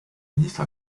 ministre